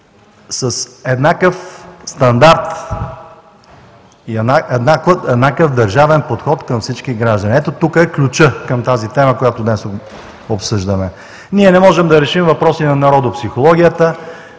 с еднакъв стандарт и еднакъв държавен подход към всички граждани. Ето тук е ключът към темата, която днес обсъждаме. Ние не можем да решим въпроси на народопсихологията,